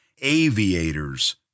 aviators